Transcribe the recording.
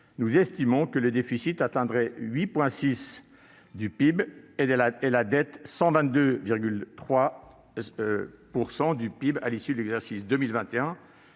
nous estimons que le déficit atteindrait 8,6 % du PIB et la dette 122,3 % du PIB à l'issue de l'exercice 2021.